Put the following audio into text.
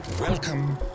Welcome